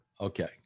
Okay